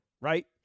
right